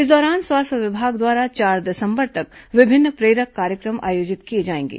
इस दौरान स्वास्थ्य विभाग द्वारा चार दिसंबर तक विभिन्न प्रेरक कार्यक्रम आयोजित किए जाएंगे